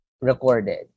recorded